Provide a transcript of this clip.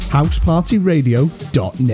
HousePartyRadio.net